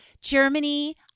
Germany